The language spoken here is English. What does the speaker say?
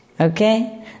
Okay